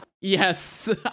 yes